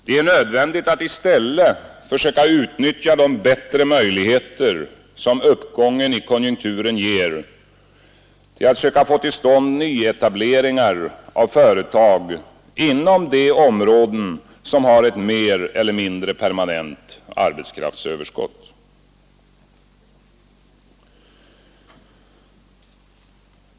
Det är nödvändigt att i stället fö försöker lö öka utnyttja de bättre möjligheter som uppgången i konjunkturen ger till att söka få till stånd nyetableringar av företag inom de områden som har ett mer eller mindre permanent arbetskraftsöverskott.